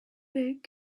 big